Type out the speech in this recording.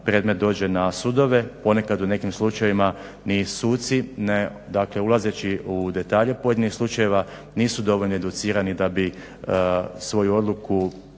predmet dođe na sudove. Ponekad, u nekim slučajevima ni suci ne dakle ulazeći u detalje pojedinih slučajeva nisu dovoljno educirani da bi svoju odluku mogli